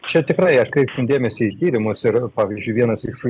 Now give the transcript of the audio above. čia tikrai atkreipkim dėmesį į tyrimus ir pavyzdžiui vienas iš